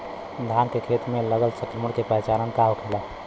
धान के खेत मे लगल संक्रमण के पहचान का होखेला?